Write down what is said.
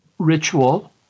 ritual